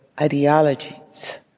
ideologies